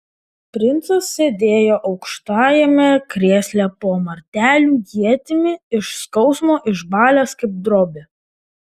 princas sėdėjo aukštajame krėsle po martelių ietimi iš skausmo išbalęs kaip drobė